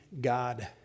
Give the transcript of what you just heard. God